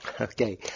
Okay